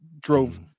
drove